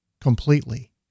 completely